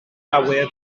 awyr